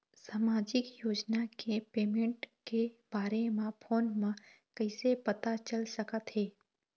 सामाजिक योजना के पेमेंट के बारे म फ़ोन म कइसे पता चल सकत हे?